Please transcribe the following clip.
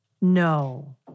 No